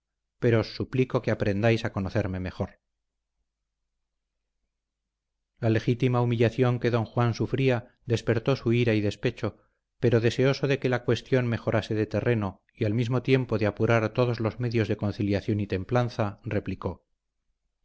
pero os suplico que aprendáis a conocerme mejor la legítima humillación que don juan sufría despertó su ira y despecho pero deseoso de que la cuestión mejorase de terreno y al mismo tiempo de apurar todos los medios de conciliación y templanza replicó